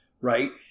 Right